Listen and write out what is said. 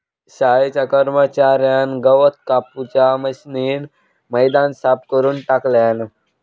शाळेच्या कर्मच्यार्यान गवत कापूच्या मशीनीन मैदान साफ करून टाकल्यान